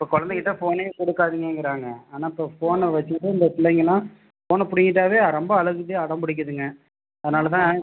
இப்போ குழந்தகிட்ட ஃபோனே கொடுக்காதிங்கங்குறாங்க ஆனால் இப்போ ஃபோனை வச்சுக்கிட்டு இந்த பிள்ளைங்கலாம் ஃபோனை பிடுங்கிங்கிட்டாவே ரொம்ப அழுகுது அடம்பிடிக்கிதுங்க அதனால் தான்